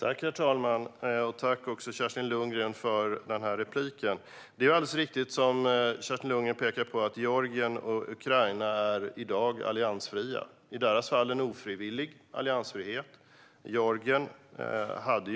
Herr talman! Tack, Kerstin Lundgren, för repliken! Det är alldeles riktigt som Kerstin Lundgren säger - Georgien och Ukraina är i dag alliansfria. I deras fall rör det sig om en ofrivillig alliansfrihet. Georgien